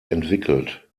entwickelt